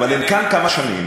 אבל הם כאן כמה שנים.